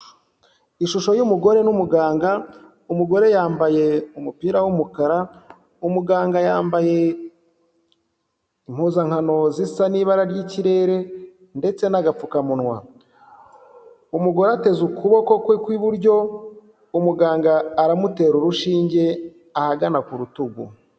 Ishusho y'umugore n'umuganga, umugore yambaye umupira w'umukara, umuganga yambaye impuzankano zisa n'ibara ry'ikirere ndetse n'agapfukamunwa. Umugore ateze ukuboko kwe kw'iburyo, umuganga aramutera urushinge ahagana ku rutugu.